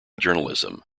journalism